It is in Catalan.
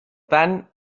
tant